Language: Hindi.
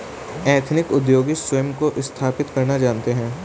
एथनिक उद्योगी स्वयं को स्थापित करना जानते हैं